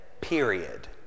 period